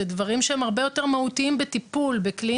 זה דברים שהם הרבה יותר מהותיים בטיפול בקליניקה.